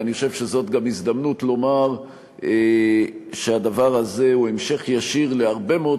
אני חושב שזאת הזדמנות לומר שהדבר הזה הוא המשך ישיר להרבה מאוד